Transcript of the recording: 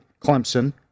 Clemson